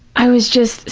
i was just,